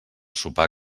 sopar